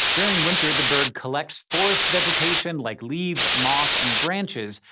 during winter, the bird collects forest vegetation like leaves, moss, and branches,